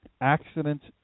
Accidents